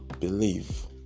believe